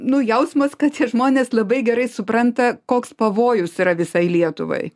nu jausmas kad tie žmonės labai gerai supranta koks pavojus yra visai lietuvai